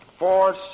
Four